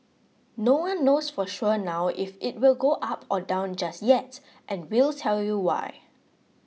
no one knows for sure now if it will go up or down just yet and we'll tell you why